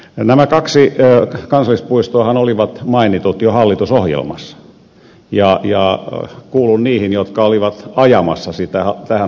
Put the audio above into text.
nämä kaksi kansallispuistoahan olivat mainitut jo hallitusohjelmassa ja kuulun niihin jotka olivat ajamassa niitä tähän hallitusohjelmaan